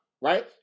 right